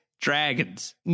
Dragons